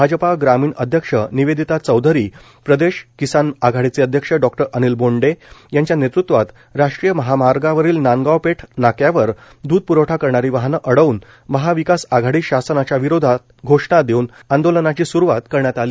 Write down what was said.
भाजपा ग्रामीण अध्यक्षा निवेदिता चौधरी प्रदेश किसान आघाडीचे अध्यक्ष डॉक्टर अनिल बोंडे यांच्या नेतत्वात राष्ट्रीय महामार्गावरील नांदगाव पेठ नाक्यावर दुध पुरवठा करणारी वाहनं अडवून महाविकासआघाडी शासनाच्या विरोधात घोषणा देऊन आंदोलनाची सुरुवात करण्यात आली